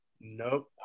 Nope